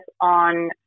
on